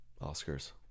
Oscars